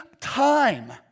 time